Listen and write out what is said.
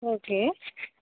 okay